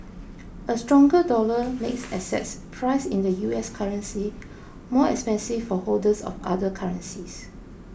a stronger dollar makes assets priced in the U S currency more expensive for holders of other currencies